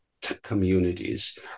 communities